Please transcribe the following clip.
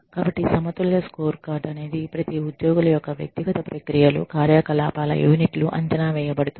కాబట్టి సమతుల్య స్కోర్కార్డ్ అనేది ప్రతి ఉద్యోగుల యొక్క వ్యక్తిగత ప్రక్రియలు కార్యకలాపాల యూనిట్లు అంచనా వేయబడుతుంది